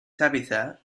tabitha